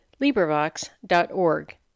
LibriVox.org